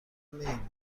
نمیبینن